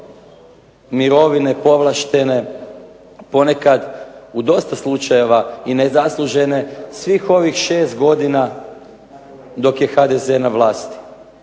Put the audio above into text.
mirovine povlaštene ponekad u dosta slučajeva nezaslužene svih ovih šest godina dok je HDZ na vlasti.